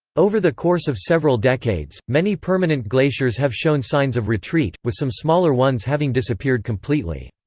over the course of several decades, many permanent glaciers have shown signs of retreat, with some smaller ones having disappeared completely.